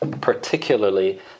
particularly